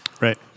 right